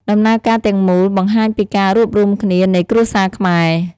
ដំណើរការទាំងមូលបង្ហាញពីការរួបរួមគ្នានៃគ្រួសារខ្មែរ។